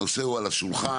הנושא הוא על השולחן,